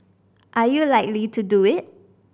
are you likely to do it